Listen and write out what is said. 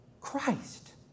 Christ